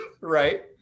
right